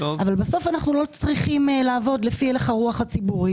אבל בסוף אנחנו לא צריכים לעבוד לפי הלך הרוח הציבורי